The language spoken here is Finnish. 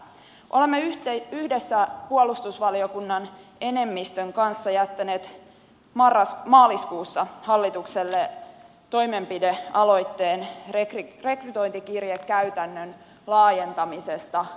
olemme yhdessä puolustusvaliokunnan enemmistön kanssa jättäneet maaliskuussa hallitukselle toimenpidealoitteen rekrytointikirjekäytännön laajentamisesta koko maahan